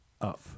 up